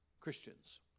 Christians